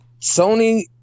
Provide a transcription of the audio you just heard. sony